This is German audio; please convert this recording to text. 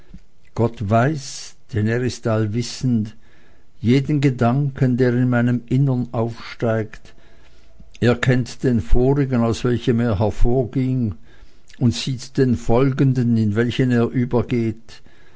gott weiß denn er ist allwissend jeden gedanken der in meinem inneren aufsteigt er kennt den vorigen aus welchem er hervorging und sieht den folgenden in welchen er übergeht